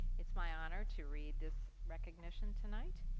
it's my honor to read this recognition tonight.